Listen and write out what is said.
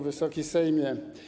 Wysoki Sejmie!